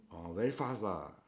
oh very fast lah